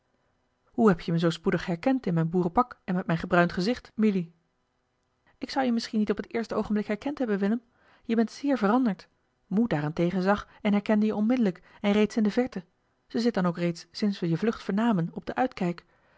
hoe heb je me zoo spoedig herkend in mijn boerenpak en met mijn gebruind gezicht milie ik zou je misschien niet op t eerste oogenblik herkend hebben willem je bent zeer veranderd moe daarentegen zag en herkende je onmiddellijk en reeds in de verte ze zit dan ook reeds sinds we je vlucht vernamen op den uitkijk